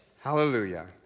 hallelujah